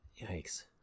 Yikes